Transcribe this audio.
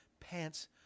pants